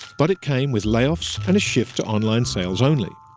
but it came with layoffs and a shift to online sales only.